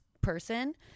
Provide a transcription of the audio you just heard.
person